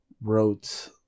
wrote